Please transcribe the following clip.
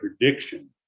prediction